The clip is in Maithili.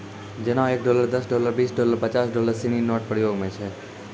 जेना एक डॉलर दस डॉलर बीस डॉलर पचास डॉलर सिनी नोट प्रयोग म छै